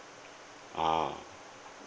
ah